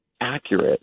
accurate